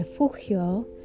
Refugio